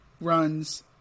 runs